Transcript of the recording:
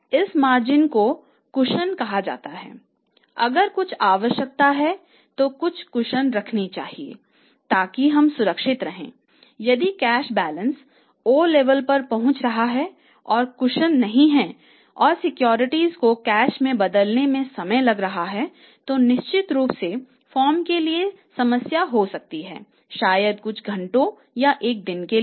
इस मार्जिन नहीं है और सिक्योरिटीज को कैश में बदलने में समय लग रहा है तो निश्चित रूप से फर्म के लिए समस्या हो सकती है शायद कुछ घंटों या एक दिन के लिए